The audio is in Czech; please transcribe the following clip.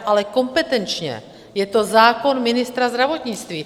Ale kompetenčně je to zákon ministra zdravotnictví.